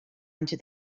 into